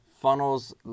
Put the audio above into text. funnels